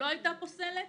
לא היתה פוסלת?